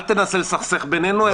אל תנסה לסכסך בינינו.